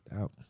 Out